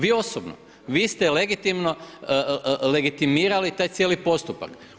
Vi osobno, vi ste legitimno, legitimirali taj cijeli postupak.